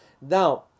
now